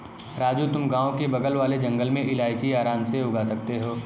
राजू तुम गांव के बगल वाले जंगल में इलायची आराम से उगा सकते हो